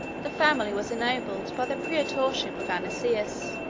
the family was ennobled by the praetorship of anicius,